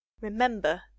Remember